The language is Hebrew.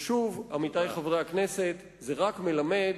ושוב, עמיתי חברי הכנסת, זה רק מלמד